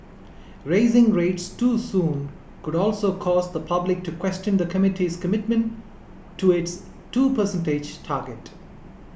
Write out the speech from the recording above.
raising rates too soon could also cause the public to question the committee's commitment to its two percent target